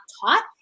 taught